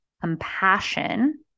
compassion